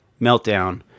meltdown